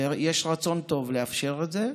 ויש רצון טוב לאפשר את זה,